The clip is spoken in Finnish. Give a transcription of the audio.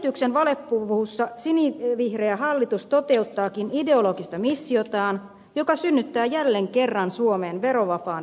elvytyksen valepuvussa sinivihreä hallitus toteuttaakin ideologista missiotaan joka synnyttää jälleen kerran suomeen verovapaan rälssin